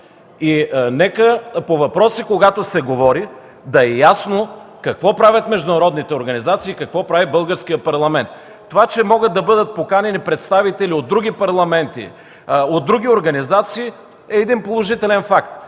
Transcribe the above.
Нека когато се говори по въпроси, да е ясно какво правят международните организации и какво прави Българският парламент. Това че могат да бъдат поканени представители от други парламенти, от други организации, е положителен факт.